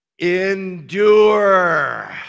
Endure